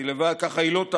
כשאפשר,